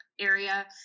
area